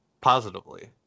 positively